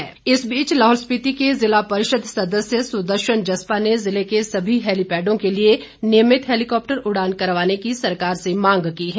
मांग इस बीच लाहौल स्पिति के जिला परिषद सदस्य सुदर्शन जस्पा ने जिले के सभी हैलीपैडों के लिए नियमित हैलीकॉप्टर उड़ान करवाने की सरकार से मांग की है